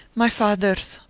my father's,